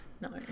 No